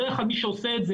בדרך כלל מי שעושה את זה,